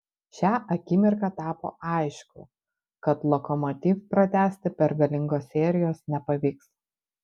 šią akimirką tapo aišku kad lokomotiv pratęsti pergalingos serijos nepavyks